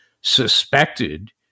suspected